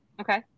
okay